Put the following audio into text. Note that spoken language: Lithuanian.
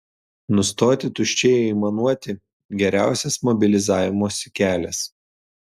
nustoti tuščiai aimanuoti geriausias mobilizavimosi kelias